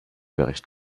bericht